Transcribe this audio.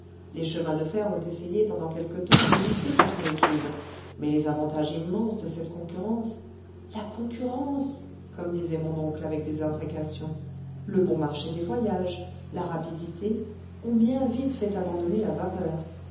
les chemins de fer ont essayé pendant plougadec les cormorans quelque temps de lutter contre les tubes mais les avantages immenses de cette concurrence la concurrence comme disait mon oncle avec des imprécations le bon marché des voyages la rapidité ont bien vite fait abandonner la vapeur